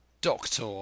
Doctor